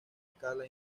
escala